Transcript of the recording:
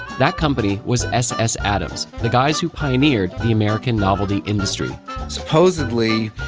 that company was s. s. adams, the guys who pioneered the american novelty industry supposedly,